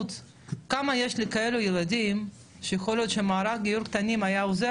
תודה שהזמנתם אותי, לשמוע את הסיפור שלי, תודה